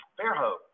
Fairhope